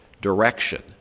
direction